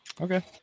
Okay